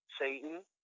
Satan